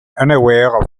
unaware